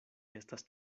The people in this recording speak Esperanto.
estas